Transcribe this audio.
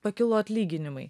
pakilo atlyginimai